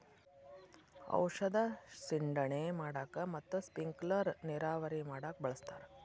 ಔಷದ ಸಿಂಡಣೆ ಮಾಡಾಕ ಮತ್ತ ಸ್ಪಿಂಕಲರ್ ನೇರಾವರಿ ಮಾಡಾಕ ಬಳಸ್ತಾರ